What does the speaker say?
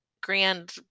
grand